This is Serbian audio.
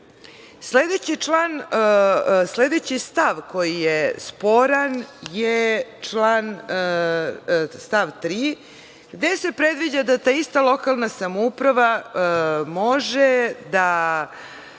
stav koji je sporan je stav 3. gde se predviđa da ta ista lokalna samouprava može da